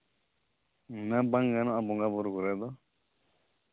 ᱦᱮᱸ ᱵᱟᱝ ᱜᱟᱱᱚᱜᱼᱟ ᱵᱚᱸᱜᱟ ᱵᱩᱨᱩ ᱠᱚᱨᱮ ᱫᱚ